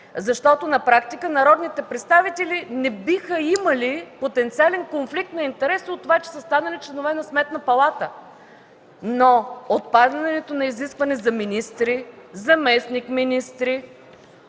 защото на практика народните представители не биха имали потенциален конфликт на интереси от това, че са станали членове на Сметната палата. Но с отпадането на изискването за министри, за заместник министри